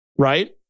Right